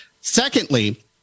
Secondly